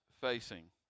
facing